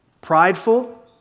prideful